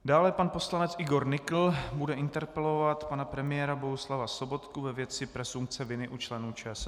Dále pan poslanec Igor Nykl bude interpelovat pana premiéra Bohuslava Sobotku ve věci presumpce viny u členů ČSSD.